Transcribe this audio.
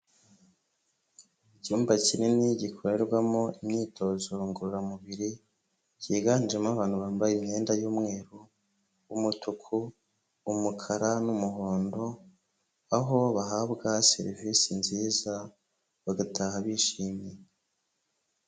Icyumba kinini gikorerwamo imyitozo ngororamubiri, cyiganjemo abantu bambaye imyenda y'umweru, umutuku, umukara n'umuhondo, aho bahabwa serivisi nziza bagataha bishimye.